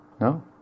No